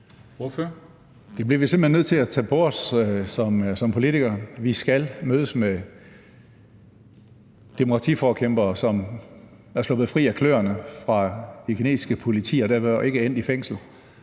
Det bliver vi simpelt hen nødt til at tage på os som politikere. Vi skal mødes med demokratiforkæmpere, som er sluppet ud af kløerne på det politiske kinesiske politi og dermed ikke endt i fængsel.